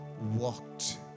walked